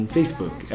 Facebook